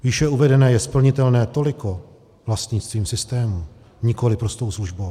Výše uvedené je splnitelné toliko vlastnictvím systému, nikoli prostou službou.